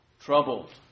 Troubled